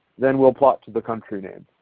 then we will plot to the country name.